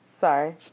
Sorry